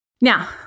Now